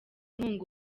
inkunga